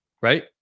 Right